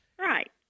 Right